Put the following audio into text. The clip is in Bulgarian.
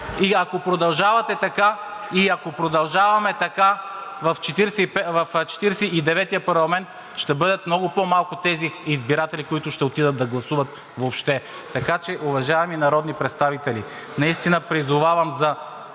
И ако продължавате така, и ако продължаваме така, в Четиридесет и деветия парламент ще бъдат много по-малко тези избиратели, които ще отидат да гласуват въобще. Уважаеми народни представители, наистина призовавам за